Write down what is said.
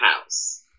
house